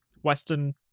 Western